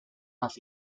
más